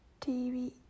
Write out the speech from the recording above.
tv